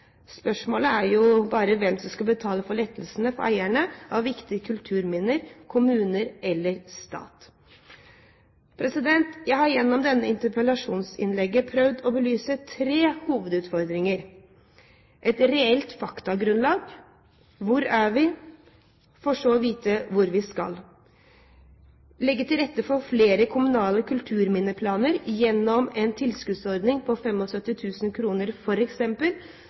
Spørsmålet er jo bare hvem som skal betale for lettelsene for eierne av viktige kulturminner – kommune eller stat? Jeg har gjennom dette interpellasjonsinnlegget prøvd å belyse tre hovedutfordringer: Et reelt faktagrunnlag: Hvor er vi, for så å vite hvor vi skal. Legge til rette for flere kommunale kulturminneplaner gjennom en tilskuddsordning på